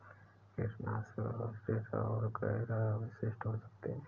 कीटनाशक अवशिष्ट और गैर अवशिष्ट हो सकते हैं